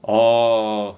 orh